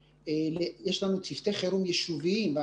יש לנו צוותי חירום יישוביים.